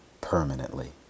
permanently